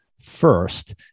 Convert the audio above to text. first